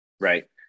Right